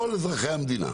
לכל אזרחי המדינה.